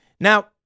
Now